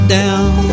down